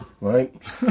right